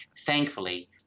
thankfully